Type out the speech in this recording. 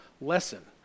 lesson